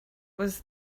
was